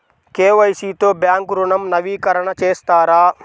KYC తో bank ఋణం నవీకరణ చేస్తారా?